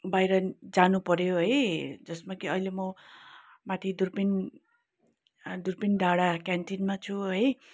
बाहिर जानु पऱ्यो है जसमा कि अहिले म माथि दुर्पिन दुर्पिन डाडा क्यानटिनमा छु है